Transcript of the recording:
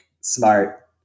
smart